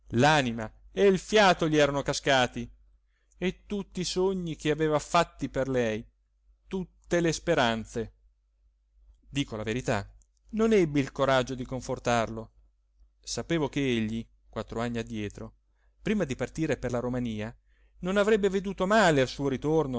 l'anima e il fiato gli erano cascati e tutti i sogni che aveva fatti per lei tutte le speranze dico la verità non ebbi il coraggio di confortarlo sapevo che egli quattr'anni addietro prima di partire per la romania non avrebbe veduto male al suo ritorno